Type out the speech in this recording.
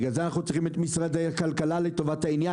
בגלל זה אנחנו צריכים את משרד הכלכלה לטובת העניין.